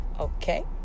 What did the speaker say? Okay